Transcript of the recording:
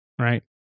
right